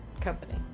company